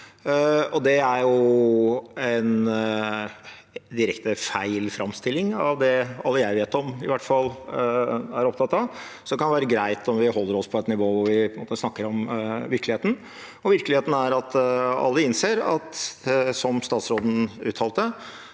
Det er jo en direkte feil framstilling av det alle jeg vet om, i hvert fall, er opptatt av, så det kan være greit om vi holder oss på et nivå hvor vi snakker om virkeligheten. Virkeligheten er at alle innser at – som statsråden uttalte